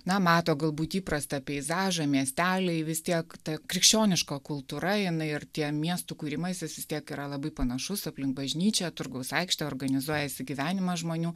na mato galbūt įprastą peizažą miesteliai vis tiek ta krikščioniška kultūra jinai ir tie miestų kūrimas jis vis tiek yra labai panašus aplink bažnyčią turgaus aikštę organizuoja įsigyvenimą žmonių